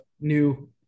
new